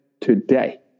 today